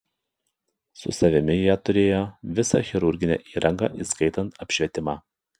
su savimi jie turėjo visą chirurginę įrangą įskaitant apšvietimą